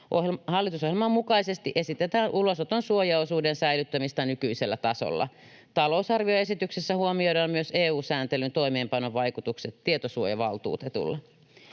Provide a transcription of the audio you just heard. Hallitusohjelman mukaisesti esitetään ulosoton suojaosuuden säilyttämistä nykyisellä tasolla. Talousarvioesityksessä huomioidaan myös EU-sääntelyn toimeenpanon vaikutukset tietosuojavaltuutetulle.